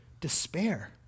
despair